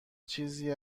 چیزی